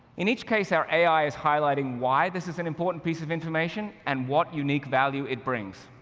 in each case, our ai is highlighting why this is an important piece of information and what unique value it brings.